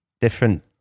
different